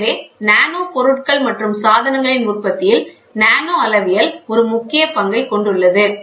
எனவே நானோ பொருட்கள் மற்றும் சாதனங்களின் உற்பத்தியில் நானோ அளவியல் ஒரு முக்கிய பங்கைக் கொண்டுள்ளது